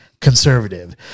conservative